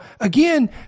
again